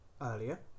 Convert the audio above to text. earlier